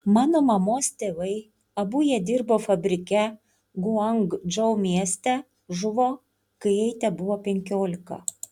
mano mamos tėvai abu jie dirbo fabrike guangdžou mieste žuvo kai jai tebuvo penkiolika